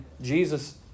Jesus